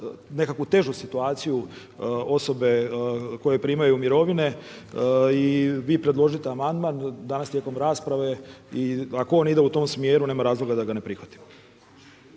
nekakvu težu situaciju osobe koje primaju mirovine. I vi predložite amandman danas tijekom rasprave. I ako on ide u tom smjeru nema razloga da ga ne prihvatimo.